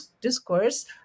discourse